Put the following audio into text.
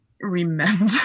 remember